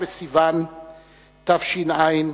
בסיוון התש"ע,